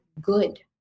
good